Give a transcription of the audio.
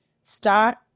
start